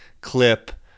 clip